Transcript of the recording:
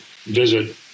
visit